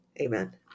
Amen